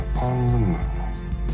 on